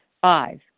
Five